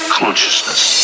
consciousness